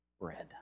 bread